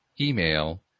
email